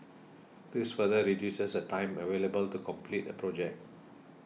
this further reduces the time available to complete a project